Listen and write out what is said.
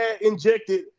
injected